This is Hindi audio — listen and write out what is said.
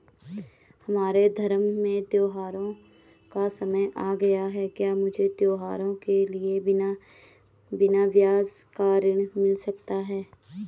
हमारे धर्म में त्योंहारो का समय आ गया है क्या मुझे त्योहारों के लिए बिना ब्याज का ऋण मिल सकता है?